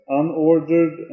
unordered